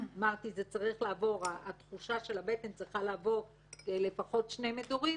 אמרתי שהתחושה של הבטן צריכה לעבור לפחות שני מדורים.